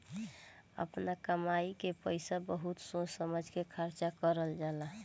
आपना कमाई के पईसा बहुत सोच समझ के खर्चा करल जाला